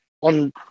on